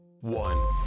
one